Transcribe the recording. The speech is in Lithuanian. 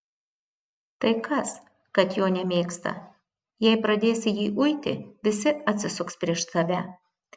tai kas kad jo nemėgsta jei pradėsi jį uiti visi atsisuks prieš tave